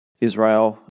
Israel